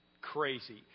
crazy